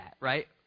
right